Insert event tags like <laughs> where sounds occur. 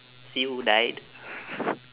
see who died <laughs>